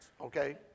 okay